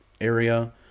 area